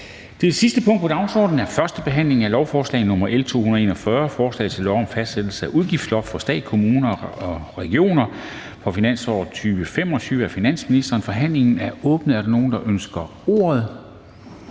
Det sidste punkt på dagsordenen er: 4) 1. behandling af lovforslag nr. L 241: Forslag til lov om fastsættelse af udgiftslofter for stat, kommuner og regioner for finansåret 2025. Af finansministeren (Nicolai Wammen). (Fremsættelse